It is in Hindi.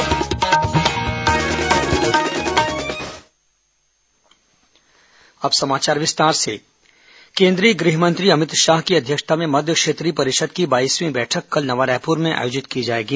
केंद्रीय गृह मंत्री छत्तीसगढ़ केंद्रीय गृह मंत्री अमित शाह की अध्यक्षता में मध्य क्षेत्रीय परिषद की बाईसवीं बैठक कल नवा रायपुर में आयोजित की जाएगी